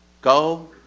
Go